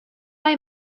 hay